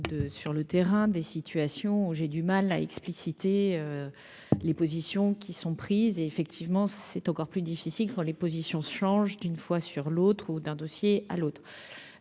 sur le terrain des situations où j'ai du mal à expliciter les positions qui sont prises et, effectivement, c'est encore plus difficile pour les positions changent d'une fois sur l'autre ou d'un dossier à l'autre,